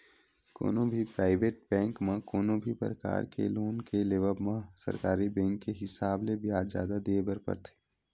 कोनो भी private bank म कोनो भी परकार के लोन के लेवब म सरकारी बेंक के हिसाब ले बियाज जादा देय बर परथे